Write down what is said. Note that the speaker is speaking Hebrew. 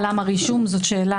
רישום.